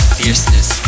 fierceness